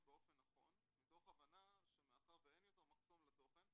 באופן נכון מתוך הבנה שמאחר ואין יותר מחסום לתוכן,